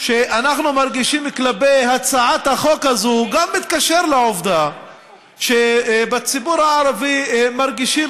שאנחנו מרגישים כלפי הצעת החוק מתקשר גם לעובדה שבציבור הערבי מרגישים